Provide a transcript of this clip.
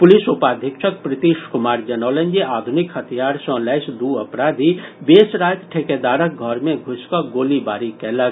police उपाधीक्षक प्रीतिश कुमार जनौलनि जे आधुनिक हथियार सॅ लैस दू अपराधी बेस राति ठेकेदारक घर मे घुसि कऽ गोली बारी कयलक